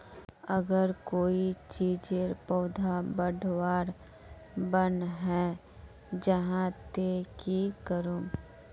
अगर कोई चीजेर पौधा बढ़वार बन है जहा ते की करूम?